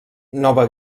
nova